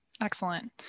Excellent